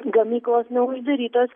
gamyklos neuždarytos